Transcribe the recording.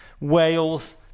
Wales